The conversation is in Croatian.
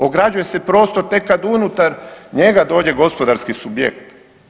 Ograđuje se prostor tek kad unutar njega dođe gospodarski subjekt.